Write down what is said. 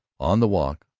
on the walk,